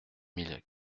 mille